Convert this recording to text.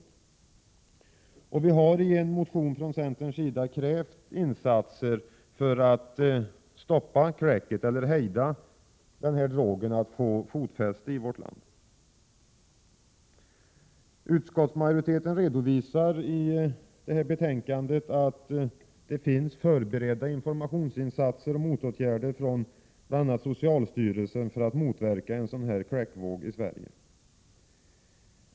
Vi i centern har i en motion krävt insatser för att stoppa crack eller hindra drogen att få fotfäste i vårt land. Utskottsmajoriteten redovisar i betänkandet att det finns förberedda informationsinsatser och motåtgärder från socialstyrelsen för att motverka en crackvåg i Sverige.